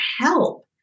help